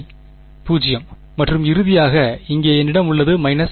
0 மற்றும் இறுதியாக இங்கே என்னிடம் உள்ளது 1